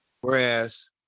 Whereas